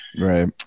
Right